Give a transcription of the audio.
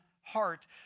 heart